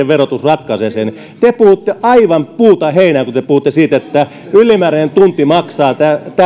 verotus ratkaisevat sen te puhutte aivan puuta heinää kun te puhutte siitä että ylimääräinen tunti maksaa